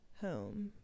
home